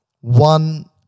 one